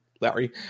Larry